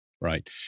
Right